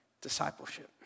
discipleship